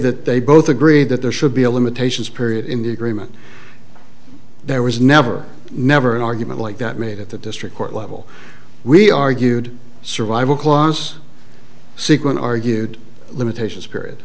that they both agreed that there should be a limitations period in the agreement there was never never an argument like that made at the district court level we argued survival clause sequin argued limitations period